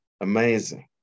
Amazing